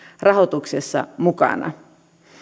rahoituksessa mukana